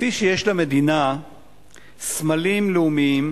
כפי שיש למדינה סמלים לאומיים